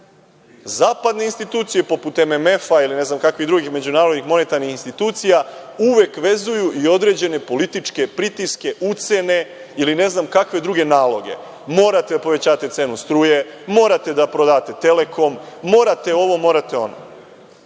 institucije, poput MMF-a ili ne znam kakvih drugih međunarodnih monetarnih institucija, uvek vezuju i određene političke pritiske, ucene ili ne znam kakve druge naloge – morate da povećate cenu struje, morate da prodate „Telekom“, morate ovo, morate ono.